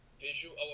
visual